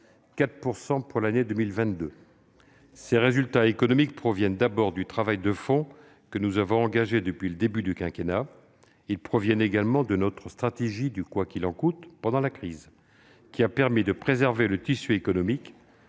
publique ! Ces résultats économiques proviennent d'abord du travail de fond que nous avons engagé depuis le début du quinquennat, mais aussi de notre stratégie du « quoi qu'il en coûte » pendant la crise, qui a permis de préserver le tissu économique.